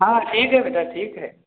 हाँ ठीक है बेटा ठीक है